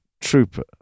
Trooper